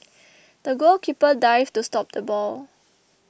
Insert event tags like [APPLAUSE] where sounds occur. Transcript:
[NOISE] the goalkeeper dived to stop the ball